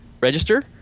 Register